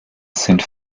sind